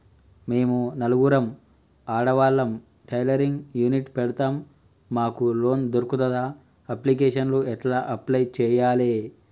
మేము నలుగురం ఆడవాళ్ళం టైలరింగ్ యూనిట్ పెడతం మాకు లోన్ దొర్కుతదా? అప్లికేషన్లను ఎట్ల అప్లయ్ చేయాలే?